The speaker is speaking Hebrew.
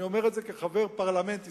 אני אומר את זה כחבר פרלמנט ישראלי,